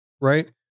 right